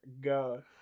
Go